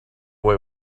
boy